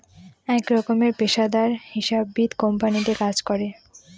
এক রকমের পেশাদার হিসাববিদ কোম্পানিতে কাজ করে